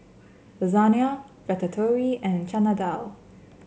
Lasagna Ratatouille and Chana Dal